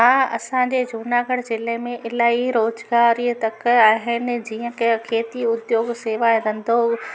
हा असांजे जूनगढ़ जिले में इलाही रोज़गारीअ तक आहिनि जीअं कि खेती उद्योग सेवा धंधो